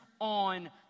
on